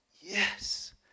yes